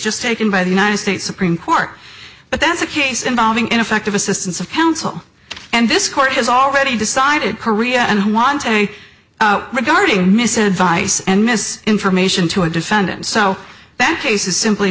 just taken by the united states supreme court but that's a case involving ineffective assistance of counsel and this court has already decided korea and who want to regarding mrs advice and mis information to a defendant so that case is simply